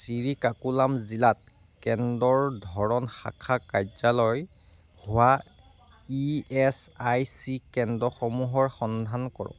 শ্ৰীকাকুলাম জিলাত কেন্দ্ৰৰ ধৰণ শাখা কাৰ্যালয় হোৱা ই এছ আই চি কেন্দ্ৰসমূহৰ সন্ধান কৰক